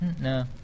No